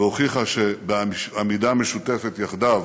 והוכיחה שבעמידה משותפת, יחדיו,